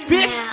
Bitch